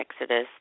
Exodus